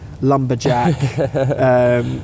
lumberjack